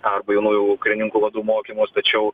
arba jaunųjų karininkų vadų mokymus tačiau